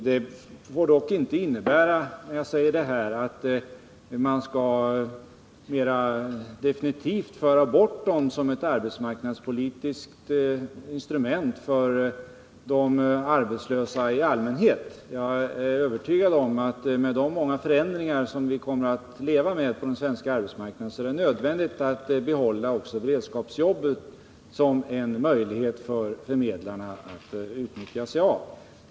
Detta får dock inte innebära att man skall mera definitivt föra bort beredskapsjobben som arbetspolitiskt instrument för de arbetslösa i allmänhet. Jag är övertygad om att med de många förändringar som vi kommer att få på arbetsmarknaden är det nödvändigt att också behålla beredskapsjobben som en möjlighet för förmedlarna att utnyttja.